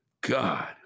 God